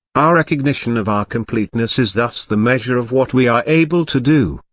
our recognition of our completeness is thus the measure of what we are able to do,